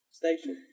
station